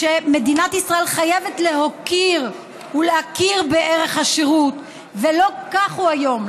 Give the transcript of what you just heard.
מדינת ישראל חייבת להוקיר ולהכיר בערך השירות ולא כך הוא היום,